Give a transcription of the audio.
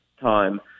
time